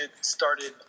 started